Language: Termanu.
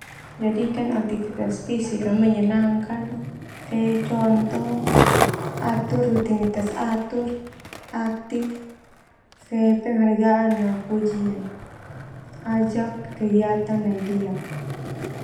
Jadikan aktifitas fisik yang menyenangkan ajak kegiatan nai deak.